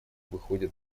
выходят